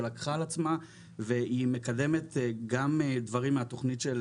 לקחה על עצמה לקדם דברים מהתוכנית של